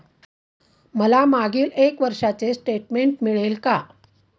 मला मागील एक वर्षाचे स्टेटमेंट मिळेल का?